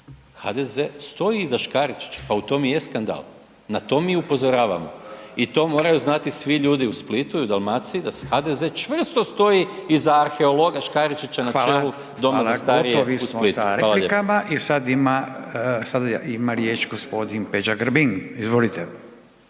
HDZ stoji iza Škaričića pa u tom i je skandal, na to mi upozoravamo i to moraju znati svi ljudi u Splitu i u Dalmaciji da HDZ čvrsto stoji iza arheologa Škaričića na čelu doma za starije u Splitu. Hvala lijepo. **Radin, Furio (Nezavisni)** Hvala,